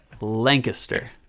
Lancaster